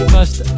first